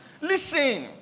Listen